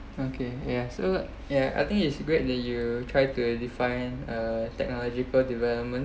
okay ya so ya I think it's great that you try to define uh technological development